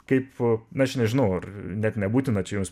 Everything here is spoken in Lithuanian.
kaip aš nežinau ar net nebūtina čia jums